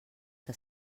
que